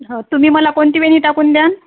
हो तुम्ही मला कोणती वेणी टाकून द्यान